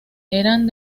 eran